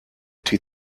two